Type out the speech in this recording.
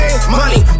Money